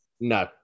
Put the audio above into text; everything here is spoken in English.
No